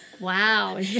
Wow